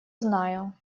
знаю